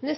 Jeg